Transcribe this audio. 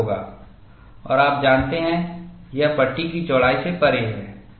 और आप जानते हैं यह पट्टी की चौड़ाई से परे है